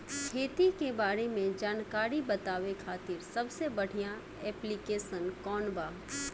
खेती के बारे में जानकारी बतावे खातिर सबसे बढ़िया ऐप्लिकेशन कौन बा?